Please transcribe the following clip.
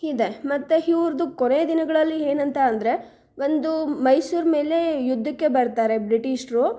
ಇದೆ ಮತ್ತೆ ಇವ್ರ್ದು ಕೊನೆ ದಿನಗಳಲ್ಲಿ ಏನಂತ ಅಂದರೆ ಒಂದು ಮೈಸೂರು ಮೇಲೆ ಯುದ್ಧಕ್ಕೆ ಬರ್ತಾರೆ ಬ್ರಿಟಿಷರು